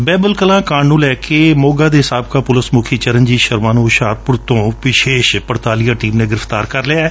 ਬਹਿਬਲ ਕਲਾਂ ਕਾਂਡ ਨੂੰ ਲੈ ਕੇ ਮੋਗਾ ਦੇ ਸਾਬਕਾ ਪੁਲਿਸ ਮੁਖੀ ਚਰਨਜੀਤ ਸ਼ਰਮਾ ਨੂੰ ਹੁਸ਼ਿਆਰਪੁਰ ਤੋਂ ਵਿਸ਼ੇਸ਼ ਪੜਤਾਲਿਆ ਟੀਮ ਨੇ ਗ੍ਰਿਫ਼ਤਾਰ ਕਰ ਲਿਐ